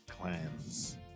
clans